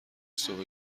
صبح